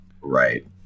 Right